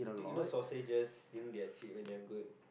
dude you know sausages you know they are cheap and they are good